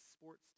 sports